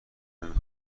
نمی